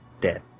Dead